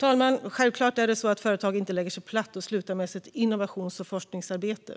talman! Självklart är det så att företag inte lägger sig platt och slutar med sitt innovations och forskningsarbete.